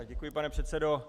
Děkuji, pane předsedo.